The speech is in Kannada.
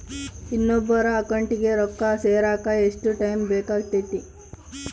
ಇನ್ನೊಬ್ಬರ ಅಕೌಂಟಿಗೆ ರೊಕ್ಕ ಸೇರಕ ಎಷ್ಟು ಟೈಮ್ ಬೇಕಾಗುತೈತಿ?